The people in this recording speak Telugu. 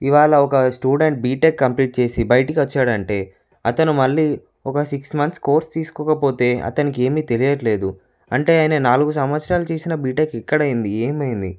ఇవాళ ఒక స్టూడెంట్ బీటెక్ కంప్లీట్ చేసి బయటకు వచ్చాడు అంటే అతను మళ్ళీ ఒక సిక్స్ మంత్స్ కోర్స్ తీసుకోకపోతే అతనికి ఏమీ తెలియటం లేదు అంటే ఆయన నాలుగు సంవత్సరాలు చేసిన బీటెక్ ఎక్కడ అయింది ఏమైంది